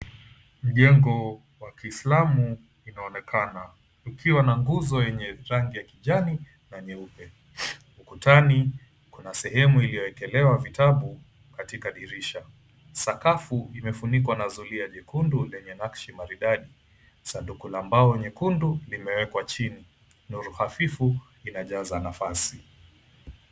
Mjengo wa kiislamu inaonekana, ikiwa na nguzo yenye rangi ya kijani na nyeupe. Ukutani kuna sehemu iliyoekelewa vitabu katika dirisha. Sakafu imefunikwa na zulia nyekundu lenye nakshi maridadi, sanduku la mbao nyekundu limewekwa chini. Nuru hafifu inajaza nafasi.